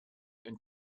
and